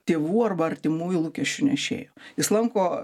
tėvų arba artimųjų lūkesčių nešėju jis lanko